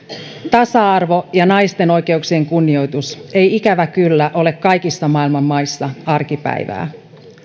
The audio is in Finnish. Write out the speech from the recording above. tasa arvo ja naisten oikeuksien kunnioitus eivät ikävä kyllä ole kaikissa maailman maissa arkipäivää